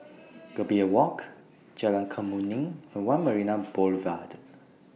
Gambir Walk Jalan Kemuning and one Marina Boulevard